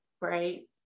right